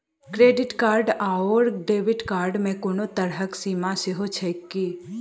Credit card आओर debit card मे कोनो तरहक सीमा सेहो छैक की?